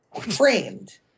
framed